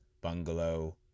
bungalow